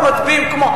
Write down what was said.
ובסוף מצביעים כמו,